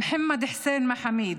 מוחמד חוסיין מחאמיד,